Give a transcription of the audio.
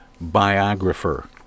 biographer